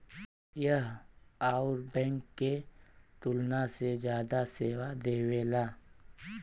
यह अउर बैंक के तुलना में जादा सेवा देवेला